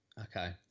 Okay